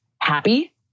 happy